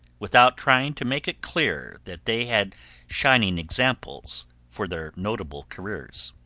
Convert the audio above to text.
without trying to make it clear that they had shining examples for their notable careers.